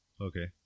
Okay